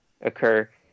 occur